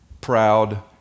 proud